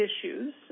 issues